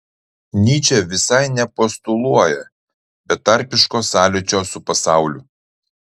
nyčė visai nepostuluoja betarpiško sąlyčio su pasauliu